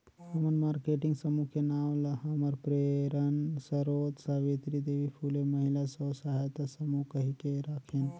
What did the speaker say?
हमन मारकेटिंग समूह के नांव ल हमर प्रेरन सरोत सावित्री देवी फूले महिला स्व सहायता समूह कहिके राखेन